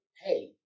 hey